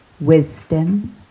wisdom